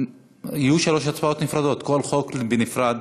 יהיו שלוש הצבעות נפרדות, כל חוק בנפרד.